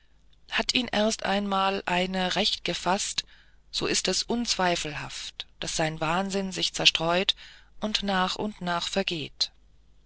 hat ihn erst einmal eine recht gefaßt so ist es unzweifelhaft daß sein wahnsinn sich zerstreut und nach und nach vergeht